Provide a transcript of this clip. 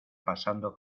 pasando